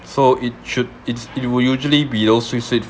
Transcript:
so it should it's you would usually be those sweet sweet